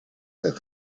that